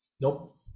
nope